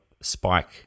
spike